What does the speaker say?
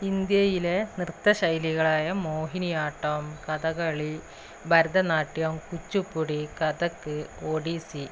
ഇന്ത്യയിലെ നൃത്തശൈലികളായ മോഹിനിയാട്ടം കഥകളി ഭരതനാട്യം കുച്ചിപ്പുടി കഥക് ഒഡീസ്സി